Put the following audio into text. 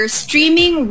streaming